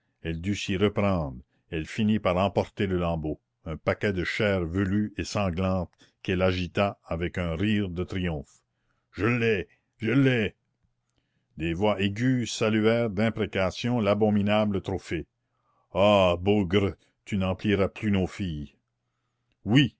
reprendre elle finit par emporter le lambeau un paquet de chair velue et sanglante qu'elle agita avec un rire de triomphe je l'ai je l'ai des voix aiguës saluèrent d'imprécations l'abominable trophée ah bougre tu n'empliras plus nos filles oui